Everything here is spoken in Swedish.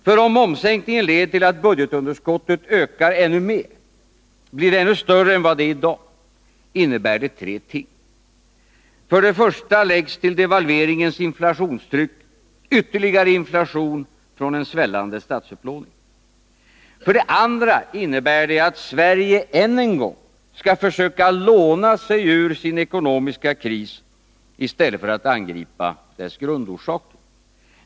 För om momssänkningen leder till att budgetunderskottet ökar ännu mer, blir ännu större än vad det är i dag, innebär det tre ting. För det första läggs till devalveringens inflationstryck ytterligare inflation från en svällande statsupplåning. För det andra innebär det att Sverige än en gång skall försöka låna sig ur sin ekonomiska kris i stället för att angripa dess grundorsaker.